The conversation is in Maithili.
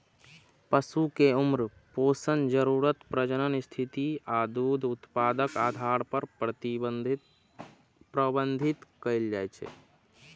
पशु कें उम्र, पोषण जरूरत, प्रजनन स्थिति आ दूध उत्पादनक आधार पर प्रबंधित कैल जाइ छै